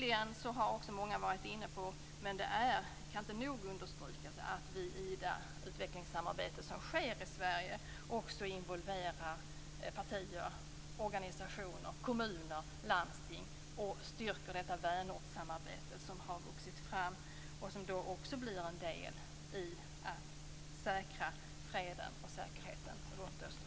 Många har varit inne på, men det kan inte nog understrykas, att vi i det utvecklingssamarbete som sker i Sverige också involverar partier, organisationer, kommuner och landsting och stärker det vänortssamarbete som har vuxit fram och som också blir en del i att säkra freden och säkerheten runt Östersjön.